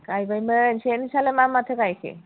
गायबायमोन ओमफ्राय नोंस्राला मा माथो गायखो